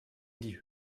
die